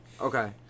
Okay